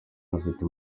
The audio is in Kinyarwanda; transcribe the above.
anafite